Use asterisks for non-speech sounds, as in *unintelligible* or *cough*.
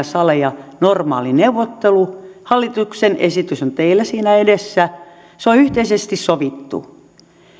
*unintelligible* saleja normaali neuvottelu hallituksen esitys on teillä siinä edessä se on yhteisesti sovittu